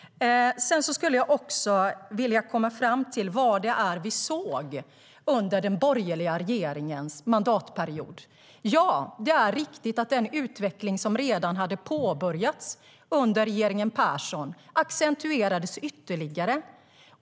Jag skulle också vilja komma fram till vad det var vi såg under den borgerliga regeringens mandatperiod. Ja, det är riktigt att den utveckling som redan hade påbörjats under regeringen Persson accentuerades ytterligare.